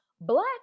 black